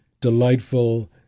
delightful